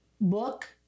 book